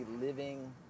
living